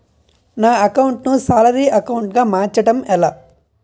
నా అకౌంట్ ను salary account గా మార్చటం ఎలా?